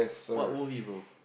what movie bro